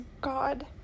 God